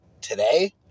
today